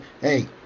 hey